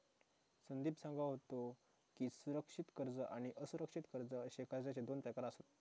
संदीप सांगा होतो की, सुरक्षित कर्ज आणि असुरक्षित कर्ज अशे कर्जाचे दोन प्रकार आसत